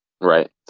Right